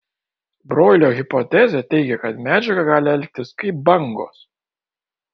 broilio hipotezė teigia kad medžiaga gali elgtis kaip bangos